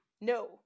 no